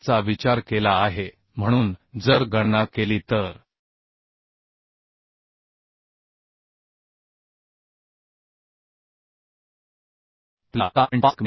26 चा विचार केला आहे म्हणून जर गणना केली तर आपल्याला 7